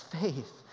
faith